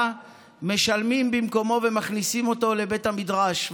משלמים במקומו ומכניסים אותו לבית המדרש.